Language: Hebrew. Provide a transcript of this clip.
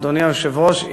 אדוני היושב-ראש,